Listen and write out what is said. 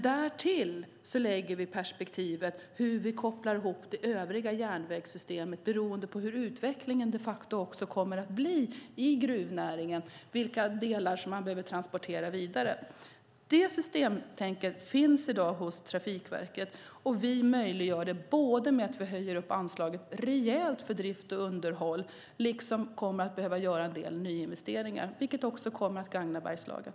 Därtill tittar vi på hur vi kopplar ihop det övriga järnvägssystemet beroende på hur utvecklingen i gruvnäringen kommer att se ut och vad man kommer att behöva transportera vidare. Det systemtänket finns i dag hos Trafikverket, och vi möjliggör det genom att vi höjer anslaget rejält för drift och underhåll. Vi kommer också att behöva göra en del nyinvesteringar, vilket också kommer att gagna Bergslagen.